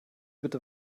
bitte